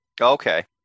Okay